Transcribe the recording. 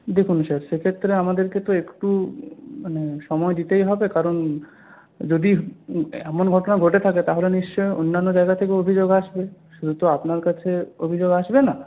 দেখুন স্যার সে ক্ষেত্রে আমাদেরকে তো একটু মানে সময় দিতেই হবে কারণ যদি এমন ঘটনা ঘটে থাকে তাহলে নিশ্চয়ই অন্যান্য জায়গা থেকেও অভিযোগ আসবে শুধু তো আপনার কাছে অভিযোগ আসব